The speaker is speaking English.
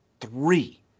three